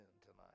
tonight